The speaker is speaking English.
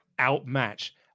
outmatch